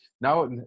Now